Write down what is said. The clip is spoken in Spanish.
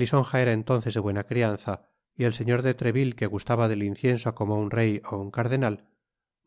lisonja era entonces de buena crianza y el señor de treville que gustaba del incienso como un rey ó un cardenal